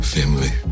family